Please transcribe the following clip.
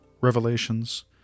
revelations